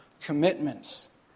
commitments